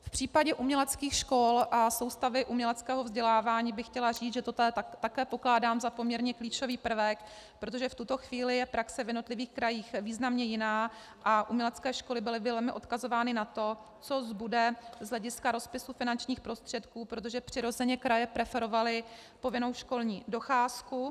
V případě uměleckých škol a soustavy uměleckého vzdělávání bych chtěla říct, že toto já také pokládám za poměrně klíčový prvek, protože v tuto chvíli je praxe v jednotlivých krajích významně jiná a umělecké školy byly odkazovány na to, co zbude z hlediska rozpisu finančních prostředků, protože přirozeně kraje preferovaly povinnou školní docházku.